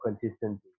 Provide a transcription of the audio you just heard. consistency